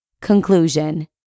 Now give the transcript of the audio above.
Conclusion